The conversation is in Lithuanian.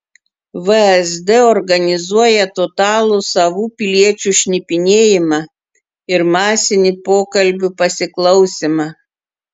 vsd organizuoja totalų savų piliečių šnipinėjimą ir masinį pokalbių pasiklausymą